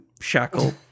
shackle